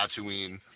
Tatooine